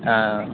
हां